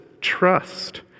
trust